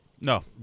No